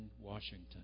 Washington